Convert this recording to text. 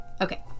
okay